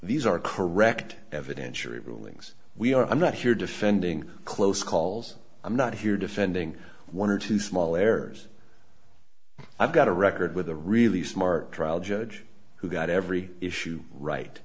these are correct evidentiary rulings we are i'm not here defending close calls i'm not here defending one or two small errors i've got a record with a really smart trial judge who got every issue right